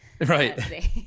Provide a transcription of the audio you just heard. Right